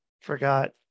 forgot